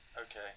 Okay